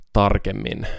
tarkemmin